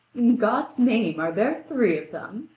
in god's name, are there three of them?